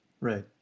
Right